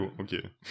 okay